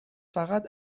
فقط